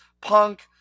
Punk